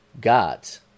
gods